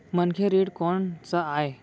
मनखे ऋण कोन स आय?